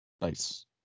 Nice